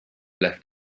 left